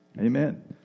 amen